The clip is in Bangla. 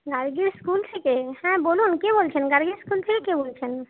গার্গীর স্কুল থেকে হ্যাঁ বলুন কে বলছেন গার্গীর স্কুল থেকে কে বলছেন